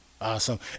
Awesome